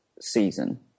season